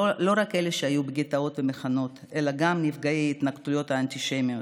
לא רק אלה שהיו בגטאות ובמחנות אלא גם נפגעי ההתנכלויות האנטישמיות.